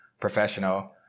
professional